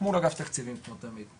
מול אגף תקציבים, כמו תמיד.